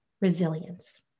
resilience